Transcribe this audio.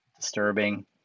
disturbing